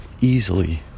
easily